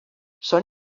són